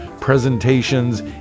presentations